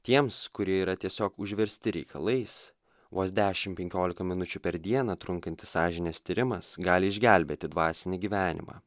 tiems kurie yra tiesiog užversti reikalais vos dešim penkiolika minučių per dieną trunkantis sąžinės tyrimas gali išgelbėti dvasinį gyvenimą